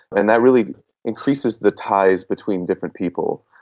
and that really increases the ties between different people.